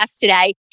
today